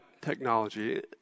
technology